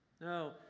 No